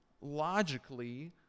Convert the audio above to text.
logically